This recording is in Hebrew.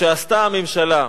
שעשתה הממשלה.